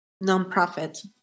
non-profit